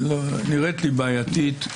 נראית לי בעייתית,